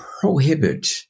prohibit